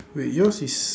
wait yours is